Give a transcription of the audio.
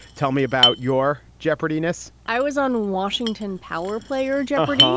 tell me about your jeopardy! ness i was on washington power player jeopardy!